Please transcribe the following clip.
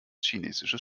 chinesisches